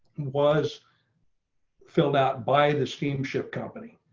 was filled out by the steamship company.